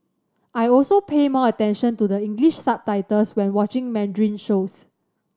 I also pay more attention to the English subtitles when watching Mandarin shows